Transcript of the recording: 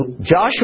Joshua